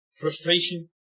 frustration